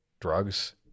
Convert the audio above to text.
drugs